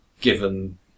given